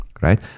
right